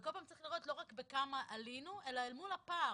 וכל פעם צריך לראות לא רק בכמה עלינו אלא אל מול הפער,